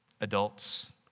adults